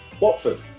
Watford